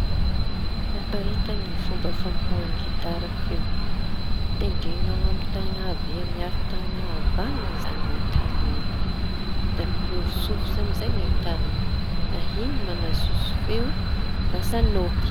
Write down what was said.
Fariparitaña fomba famokahañy gitara feo. Tendreñao amy taña havia miaro taña avaña zañy taliñy iñy da miovitsovitsy amizay ny taliñy da iñy mañajotso feo lasa nôty.